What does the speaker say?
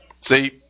See